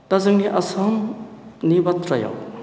दा जोंनि आसामनि बाथ्रायाव